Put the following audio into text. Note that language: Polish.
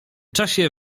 czasie